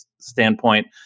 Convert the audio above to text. standpoint